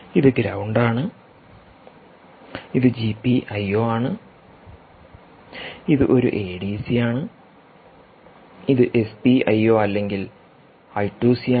ഇത് ഗ്രൌണ്ട് ആണ് ഇത് ജിപിഐഒ ആണ് ഇത് ഒരു എഡിസി ആണ് ഇത് എസ്പിഐഒ അല്ലെങ്കിൽ ഐ ടു സി ആണ്